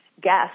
guest